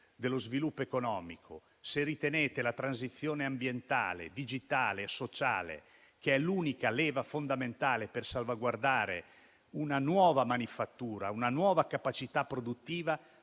dello sviluppo economico, se non sostenete la transizione ambientale, digitale e sociale, che è l'unica leva fondamentale per salvaguardare una nuova manifattura e una nuova capacità produttiva,